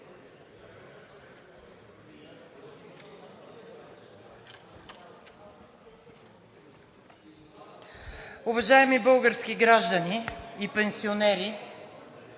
Уважаеми български граждани и пенсионери,